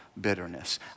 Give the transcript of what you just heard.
bitterness